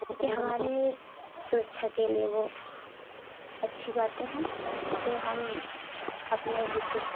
क्योंकि हमारे सुरक्षा के लिए वो अच्छी बाते हैं जो हम अपने विशेष